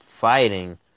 fighting